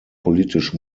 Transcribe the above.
politisch